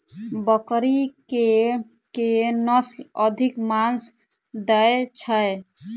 बकरी केँ के नस्ल अधिक मांस दैय छैय?